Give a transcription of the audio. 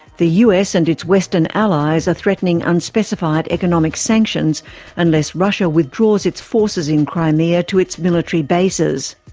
the us and its western allies are threatening unspecified economic sanctions unless russia withdraws its forces in crimea to its military bases.